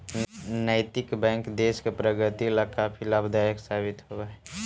नैतिक बैंक देश की प्रगति ला काफी लाभदायक साबित होवअ हई